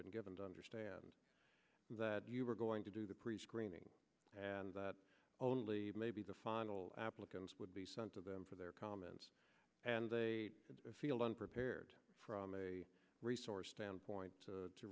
been given to understand that you were going to do the prescreening and that only maybe the final applicants would be sent to them for their comments and they feel unprepared from a resource standpoint